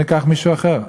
ניקח מישהו אחר,